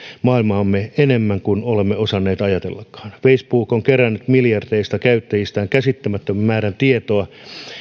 maailmaamme enemmän kuin olemme osanneet ajatellakaan facebook on kerännyt miljardeista käyttäjistään käsittämättömän määrän tietoa